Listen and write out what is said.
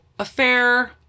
affair